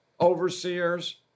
overseers